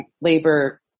labor